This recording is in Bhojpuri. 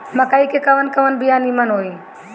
मकई के कवन कवन बिया नीमन होई?